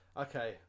Okay